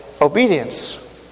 obedience